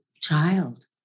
child